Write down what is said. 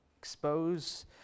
Expose